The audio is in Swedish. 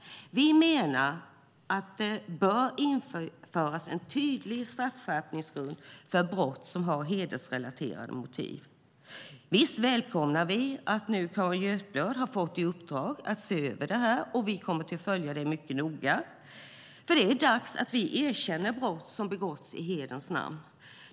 Vi menar att det bör införas en tydlig straffskärpningsgrund för brott som har hedersrelaterade motiv. Vi välkomnar att Carin Götblad har fått i uppdrag att se över detta, och vi kommer att följa det noga. Det är nämligen dags att vi erkänner brott som begås i hederns namn.